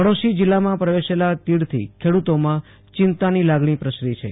પાડોશી જીલ્લામાં પ્રવેશેલા તીડથી ખેડૂતોમાં ચિંતાની લાગણી પ્રસરી છે